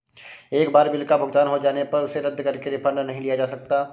एक बार बिल का भुगतान हो जाने पर उसे रद्द करके रिफंड नहीं लिया जा सकता